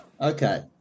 okay